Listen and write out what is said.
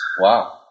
wow